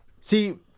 see